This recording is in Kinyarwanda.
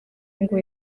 ngo